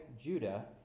Judah